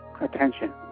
attention